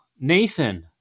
Nathan